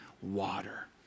water